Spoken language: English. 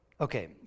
Okay